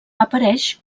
apareix